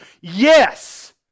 Yes